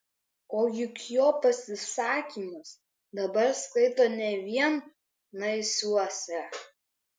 o juk jo pasisakymus dabar skaito ne vien naisiuose